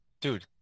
Dude